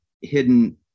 hidden